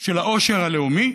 של העושר הלאומי,